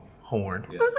horn